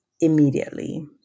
immediately